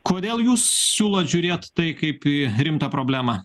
kodėl jūs siūlote žiūrėt tai kaip į rimtą problemą